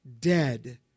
dead